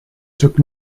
took